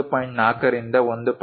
4 ರಿಂದ 1